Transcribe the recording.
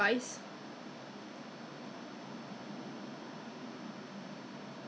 I don't know what is that lah I I I just told the person 香港脚 I say 有没有香港脚的药 then